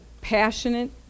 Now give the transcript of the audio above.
passionate